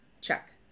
check